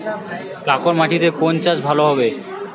কাঁকর মাটিতে কোন চাষ ভালো হবে?